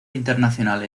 internacional